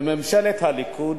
בממשלת הליכוד.